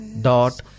dot